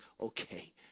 okay